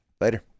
Later